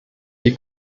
die